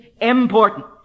important